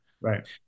Right